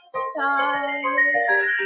stars